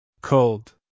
Cold